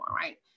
right